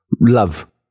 love